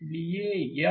इसलिए यह